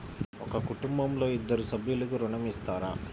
ఒక కుటుంబంలో ఇద్దరు సభ్యులకు ఋణం ఇస్తారా?